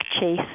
Chase